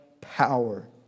power